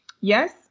yes